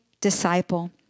disciple